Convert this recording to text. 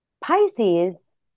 Pisces